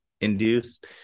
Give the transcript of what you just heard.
induced